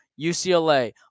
UCLA